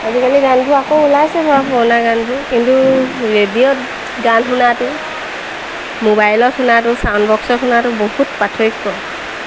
আজিকালি গানবোৰ আকৌ ওলাইছে বাৰু পুৰণা গানবোৰ কিন্তু ৰেডিঅ'ত গান শুনাটো মোবাইলত শুনাটো ছাউণ্ড বক্সত শুনাটো বহুত পাৰ্থক্য